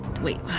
Wait